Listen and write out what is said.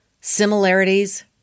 similarities